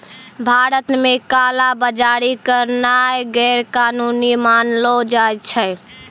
भारत मे काला बजारी करनाय गैरकानूनी मानलो जाय छै